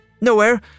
nowhere